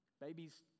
Babies